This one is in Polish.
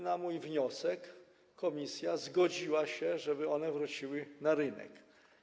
Na mój wniosek komisja zgodziła się, żeby one wróciły na rynek.